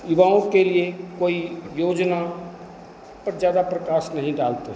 युवाओं के लिए कोई योजना पर ज़्यादा प्रकाश नहीं डालते